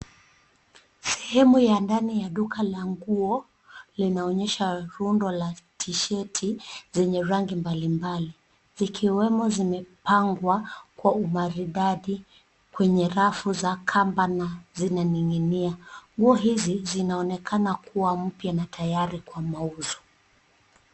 Sehemu ya ndani ya duka la nguo, linaonyesha rundo la tisheti zenye rangi mbali mbali zikiwemo zimepangwa kwa umaridadi kwenye rafu za kamba na zinaning'inia. Nguo hizi zinaonekana kua mpya na tayari kwa mauzo.